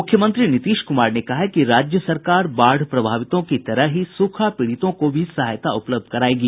मुख्यमंत्री नीतीश कुमार ने कहा है कि राज्य सरकार बाढ़ प्रभावितों की तरह ही सूखा पीड़ितों को भी सहायता उपलब्ध करायेगी